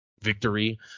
victory